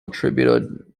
attributed